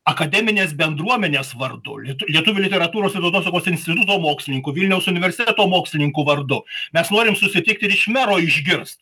akademinės bendruomenės vardu lit lietuvių literatūros ir tautosakos instituto mokslininkų vilniaus universiteto mokslininkų vardu mes norim susitikt ir iš mero išgirst